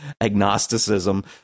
agnosticism